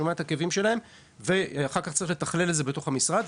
שומע את הכאבים שלהם ואחר כך צריך לתכלל את זה בתוך המשרד,